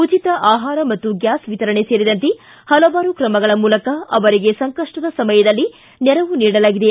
ಉಚಿತ ಆಹಾರ ಮತ್ತು ಗ್ಯಾಸ್ ವಿತರಣೆ ಸೇರಿದಂತೆ ಪಲವಾರು ಕ್ರಮಗಳ ಮೂಲಕ ಅವರಿಗೆ ಸಂಕಷ್ಟದ ಸಮಯದಲ್ಲಿ ನೆರವು ನೀಡಲಾಗಿದೆ